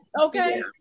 Okay